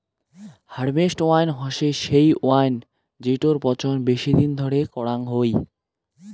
harvest wine হসে সেই wine জেটোর পচন বেশি দিন ধরে করাং হই